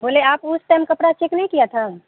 بولے آپ اس ٹائم کپڑا چیک نہیں کیا تھا